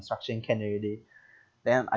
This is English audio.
instruction can already then I